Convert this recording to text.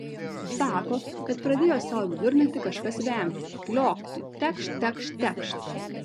sako kad pradėjo sau vidurnaktį kažkas vemti kliokti tekšt tekšt tekšt